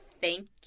Thank